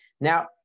Now